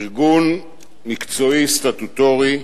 ארגון מקצועי סטטוטורי,